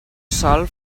sol